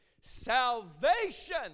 Salvation